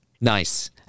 Nice